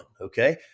Okay